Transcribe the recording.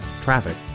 traffic